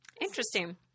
Interesting